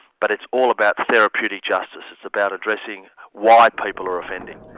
but it's all about therapeutic justice, it's about addressing why people are offending.